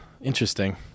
interesting